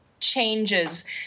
changes